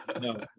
No